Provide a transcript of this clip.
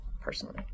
personally